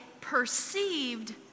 perceived